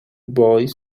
boys